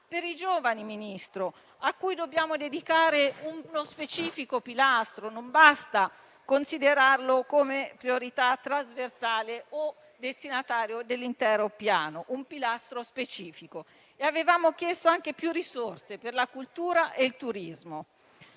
per i giovani, ai quali dobbiamo dedicare uno specifico pilastro, perché non basta considerarli come priorità trasversale o destinatari dell'intero Piano. Ripeto che occorre un pilastro specifico. Avevamo chiesto anche più risorse per la cultura e il turismo.